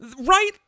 right